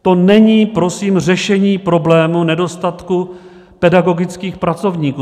To není prosím řešení problému nedostatku pedagogických pracovníků.